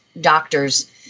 doctors